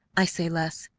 i say, les,